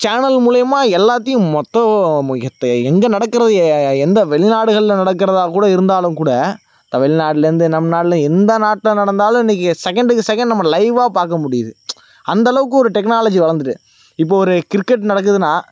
channel மூலயமா எல்லாத்தையும் மொத்தம் எத்தை எங்கே நடக்கிறது எந்த வெளிநாடுகளில் நடக்கிறதா கூட இருந்தாலும்கூட இப்போ வெளிநாடுலேருந்து நம் நாட்டில் எந்த நாட்டில் நடந்தாலும் இன்றைக்கி செகண்ட்டுக்கு செகண்ட் நம்ம லைவாக பார்க்க முடியுது அந்தளவுக்கு ஒரு டெக்னாலஜி வளர்ந்துட்டு இப்போது ஒரு கிரிக்கெட் நடக்குதுன்னா